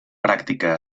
pràctica